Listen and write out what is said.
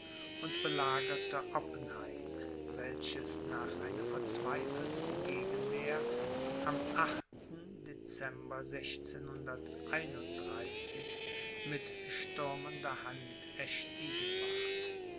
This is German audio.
und belagerte oppenheim welches nach einer verzweifelten gegenwehr am mit stürmender hand erstiegen ward